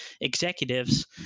executives